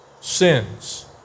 sins